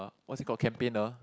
what is it call campaigner